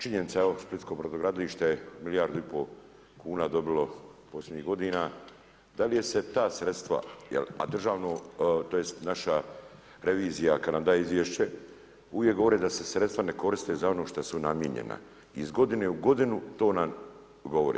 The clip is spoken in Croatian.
Činjenica je da je Splitsko brodogradilište milijardu i pol kuna dobilo posljednjih godina, da li su se ta sredstva, a državno tj. naša revizija kada nam da izvješće uvijek govori da se sredstva ne koriste za ono što su namijenjena, iz godine u godinu to nam govori.